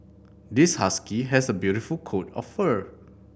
this husky has a beautiful coat of fur